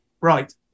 right